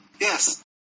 Yes